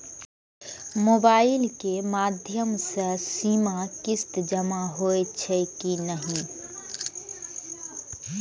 Mobile के माध्यम से सीमा किस्त जमा होई छै कि नहिं?